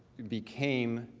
became,